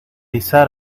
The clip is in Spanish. izar